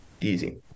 Easy